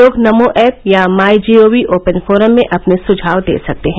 लोग नमो ऐप या MyGov open forum में अपने सुझाव दे सकते हैं